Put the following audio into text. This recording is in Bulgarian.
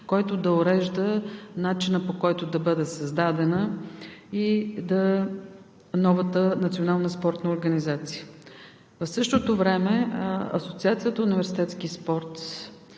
който да урежда начина, по който да бъде създадена новата национална спортна организация. В същото време Асоциацията „Университетски спорт“,